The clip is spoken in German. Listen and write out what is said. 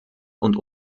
und